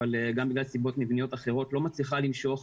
אבל גם בגלל סיבות מבניות אחרות לא מצליחה למשוך